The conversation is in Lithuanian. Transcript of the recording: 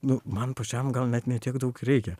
nu man pačiam gal net ne tiek daug ir reikia